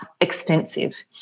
extensive